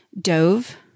dove